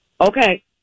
Okay